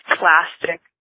plastic